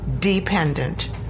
dependent